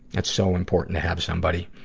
that's so important to have somebody.